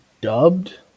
dubbed